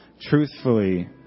truthfully